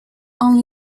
only